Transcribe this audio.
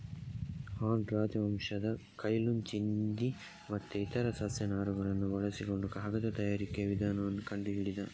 ಹಾನ್ ರಾಜವಂಶದ Cai Lun ಚಿಂದಿ ಮತ್ತೆ ಇತರ ಸಸ್ಯ ನಾರುಗಳನ್ನ ಬಳಸಿಕೊಂಡು ಕಾಗದದ ತಯಾರಿಕೆಯ ವಿಧಾನವನ್ನ ಕಂಡು ಹಿಡಿದ